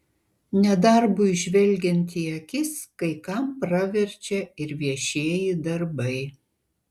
nedarbui žvelgiant į akis kai kam praverčia ir viešieji darbai